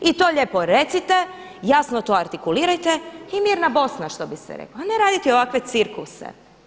I to lijepo recite, jasno to artikulirajte i mirna Bosna što bi se reklo, a ne raditi ovakve cirkuse.